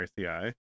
RCI